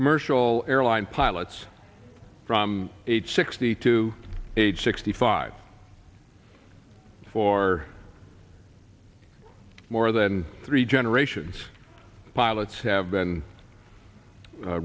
commercial airline pilots from eight sixty to age sixty five for more than three generations pilots have been